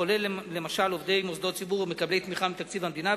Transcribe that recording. כולל עובדי מוסדות ציבור מקבלי תמיכה מתקציב המדינה,